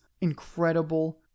incredible